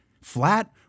flat